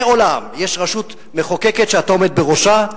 עולם: יש רשות מחוקקת שאתה עומד בראשה,